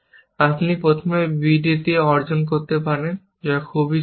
আপনি প্রথমে b d এ অর্জন করতে পারেন যা খুবই সহজ